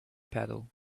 paddle